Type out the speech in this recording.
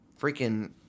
freaking